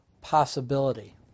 possibility